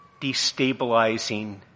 Destabilizing